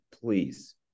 please